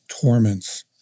torments